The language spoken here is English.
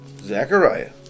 Zechariah